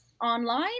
online